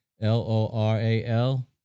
L-O-R-A-L